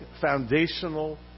foundational